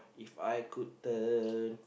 If I could turn